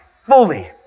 fully